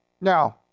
Now